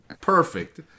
Perfect